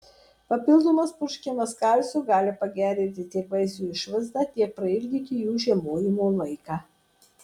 papildomas purškimas kalciu gali pagerinti tiek vaisių išvaizdą tiek prailginti jų žiemojimo laiką